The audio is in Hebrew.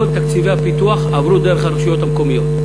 תקציבי הפיתוח עברו דרך הרשויות המקומיות.